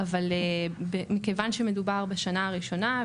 אבל מכיוון שמדובר בשנה הראשונה,